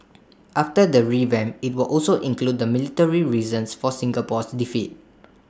after the revamp IT will also include the military reasons for Singapore's defeat